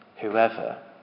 whoever